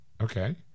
Okay